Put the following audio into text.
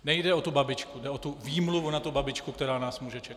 Nejde o tu babičku, jde o tu výmluvu na tu babičku, která nás může čekat.